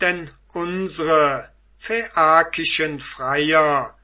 denn unsre phaiakischen freier